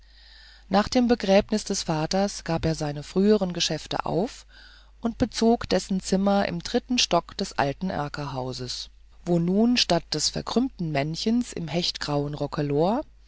nach dem begräbnis des vaters gab er seine früheren geschäfte auf und bezog dessen zimmer im dritten stock des alten erkerhauses wo nun statt des verkrümmten männchens im hechtgrauen rockelor